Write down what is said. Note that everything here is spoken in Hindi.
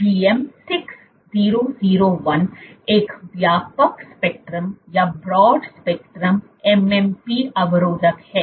तो GM 6001 एक व्यापक स्पेक्ट्रम MMP अवरोधक है